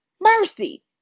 Mercy